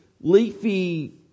leafy